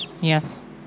yes